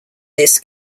this